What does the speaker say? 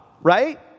Right